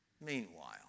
meanwhile